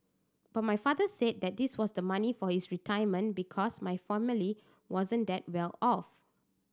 but my father said that that was the money for his retirement because my family wasn't that well off